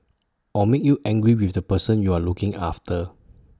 or make you angry with the person you're looking after